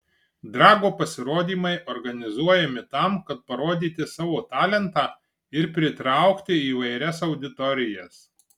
drago pasirodymai organizuojami tam kad parodyti savo talentą ir pritraukti įvairias auditorijas